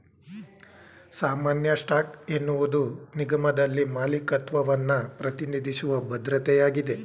ಸಾಮಾನ್ಯ ಸ್ಟಾಕ್ ಎನ್ನುವುದು ನಿಗಮದಲ್ಲಿ ಮಾಲೀಕತ್ವವನ್ನ ಪ್ರತಿನಿಧಿಸುವ ಭದ್ರತೆಯಾಗಿದೆ